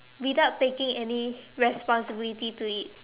without taking any responsibility to it